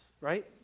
right